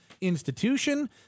institution